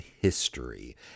history